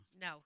No